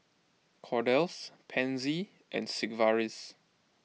Kordel's Pansy and Sigvaris